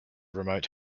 remote